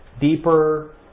deeper